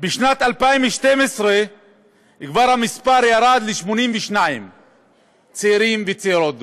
בשנת 2012 המספר כבר ירד ל-82 צעירים וצעירות דרוזים.